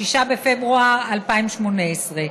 6 בפברואר 2018,